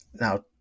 now